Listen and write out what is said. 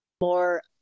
more